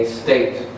state